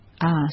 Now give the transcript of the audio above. ask